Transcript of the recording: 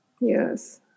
Yes